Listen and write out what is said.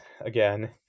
again